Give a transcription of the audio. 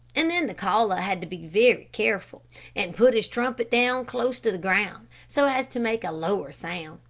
and then the caller had to be very careful and put his trumpet down close to the ground, so as to make a lower sound.